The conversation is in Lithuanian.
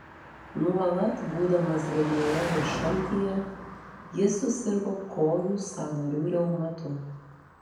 nuolat būdamas drėgmėje ir šaltyje jis susirgo kojų sąnarių reumatu